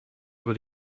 über